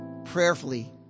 prayerfully